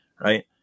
right